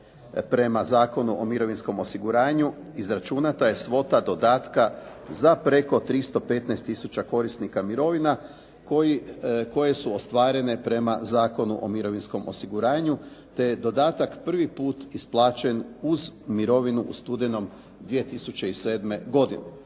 prema Zakonu o mirovinskom osiguranju izračunata je svota dodatka za preko 315 tisuća korisnika mirovina koje su ostvarene prema Zakonu o mirovinskom osiguranju te je dodatak prvi put isplaćen uz mirovinu u studenom 2007. godine.